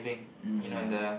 mm yeah